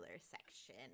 section